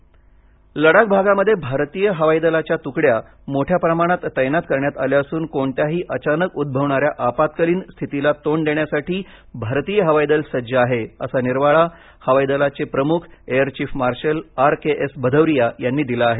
लडाख लडाख भागामध्ये भारतीय हवाई दलाच्या तुकड्या मोठ्या प्रमाणात तैनात करण्यात आल्या असून कोणत्याही अचानक उद्भवणाऱ्या आपत्कालीन स्थितीला तोंड देण्यासाठी भारतीय हवाई दल सज्ज आहे असा निर्वाळा हवाई दलाचे प्रमुख air chief marshal R K S Bhadauria यांनी दिला आहे